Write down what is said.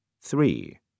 three